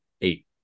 eight